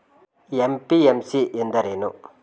MPMC ಎಂದರೇನು?